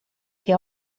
che